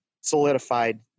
solidified